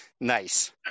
Nice